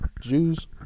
Jews